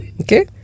Okay